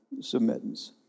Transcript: submittance